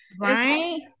right